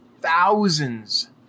thousands